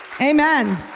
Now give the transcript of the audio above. amen